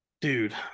dude